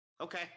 Okay